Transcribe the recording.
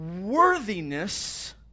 worthiness